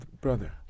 brother